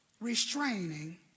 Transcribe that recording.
restraining